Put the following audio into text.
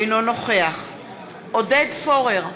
אינו נוכח עודד פורר,